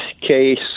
case